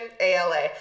ALA